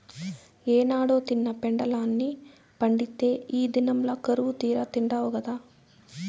ఏనాడో తిన్న పెండలాన్ని పండిత్తే ఈ దినంల కరువుతీరా తిండావు గదా